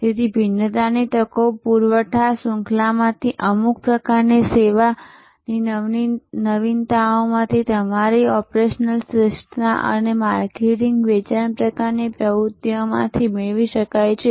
તેથી ભિન્નતાની તકો પુરવઠા શૃંખલામાંથી અમુક પ્રકારની સેવાની નવીનતાઓમાંથી તમારી ઓપરેશનલ શ્રેષ્ઠતા અને માર્કેટિંગ વેચાણ પ્રકારની પ્રવૃત્તિઓમાંથી મેળવી શકાય છે